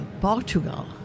Portugal